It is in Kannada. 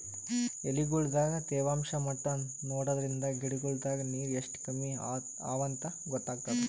ಎಲಿಗೊಳ್ ದಾಗ ತೇವಾಂಷ್ ಮಟ್ಟಾ ನೋಡದ್ರಿನ್ದ ಗಿಡಗೋಳ್ ದಾಗ ನೀರ್ ಎಷ್ಟ್ ಕಮ್ಮಿ ಅವಾಂತ್ ಗೊತ್ತಾಗ್ತದ